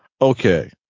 okay